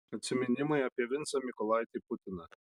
atsiminimai apie vincą mykolaitį putiną